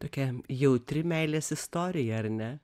tokia jautri meilės istorija ar ne